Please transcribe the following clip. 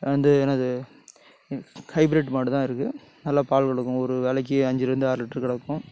வந்து என்னாது ஹைப்ரிட் மாடு தான் இருக்கு நல்லா பால் கொடுக்கும் ஒரு வேலைக்கு அஞ்சிலேருந்து ஆறு லிட்ரு கறக்கும்